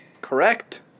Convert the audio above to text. Correct